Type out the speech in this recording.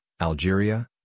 Algeria